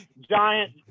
giant